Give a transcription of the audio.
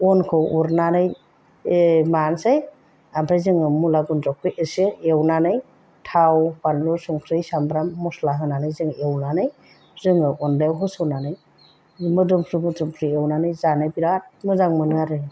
अनखौ उरनानै मानोसै आमफ्राय जोङो मुला गुन्द्रुखौ एसे एवनानै थाव बानलु संख्रि सामब्राम मस्ला होनानै जों एवनानै जोङो अनद्लायाव होसननानै मोदोमफ्रु मोदोमफ्रु एवनानै जानो बिराद मोजां मोनो आरो